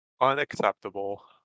Unacceptable